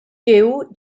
giw